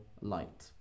light